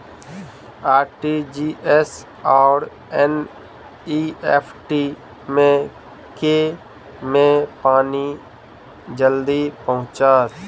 RTGS आओर NEFT मे केँ मे पानि जल्दी पहुँचत